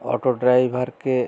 auto ড্রাইভারকে